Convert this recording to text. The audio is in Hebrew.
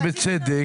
בצדק,